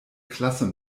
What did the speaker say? klasse